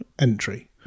entry